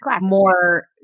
more